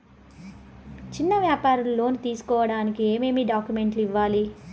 చిన్న వ్యాపారులు లోను తీసుకోడానికి ఏమేమి డాక్యుమెంట్లు ఇవ్వాలి?